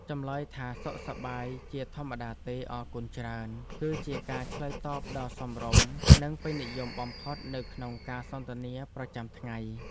ចម្លើយថាសុខសប្បាយជាធម្មតាទេអរគុណច្រើនគឺជាការឆ្លើយតបដ៏សមរម្យនិងពេញនិយមបំផុតនៅក្នុងការសន្ទនាប្រចាំថ្ងៃ។